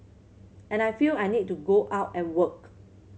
and I feel I need to go out and work